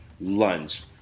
lunge